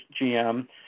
GM